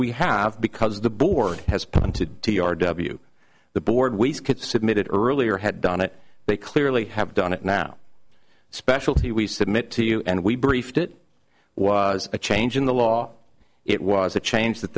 we have because the board has punted t r w the board we could submitted earlier had done it they clearly have done it now specialty we submit to you and we briefed it was a change in the law it was a change that